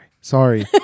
sorry